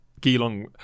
Geelong